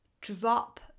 drop